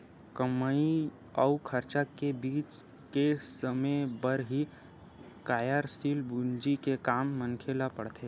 कमई अउ खरचा के बीच के समे बर ही कारयसील पूंजी के काम मनखे ल पड़थे